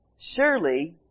Surely